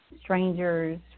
strangers